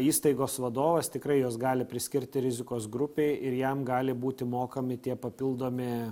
įstaigos vadovas tikrai juos gali priskirti rizikos grupei ir jam gali būti mokami tie papildomi